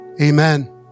Amen